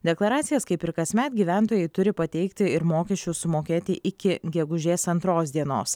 deklaracijas kaip ir kasmet gyventojai turi pateikti ir mokesčius sumokėti iki gegužės antros dienos